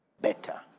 better